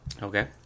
Okay